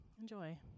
Enjoy